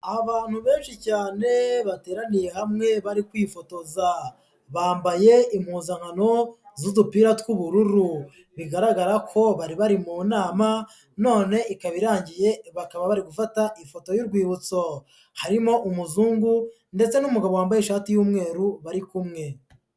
Abantu benshi cyane bateraniye hamwe bari kwifotoza, bambaye impuzankano z'udupira tw'ubururu bigaragara ko bari bari mu nama none ikaba irangiye bakaba bari gufata ifoto y'urwibutso, harimo umuzungu ndetse n'umugabo wambaye ishati y'umweru bari kumwe.